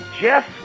Jeff